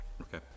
Okay